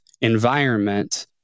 environment